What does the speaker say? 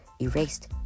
erased